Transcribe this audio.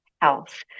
health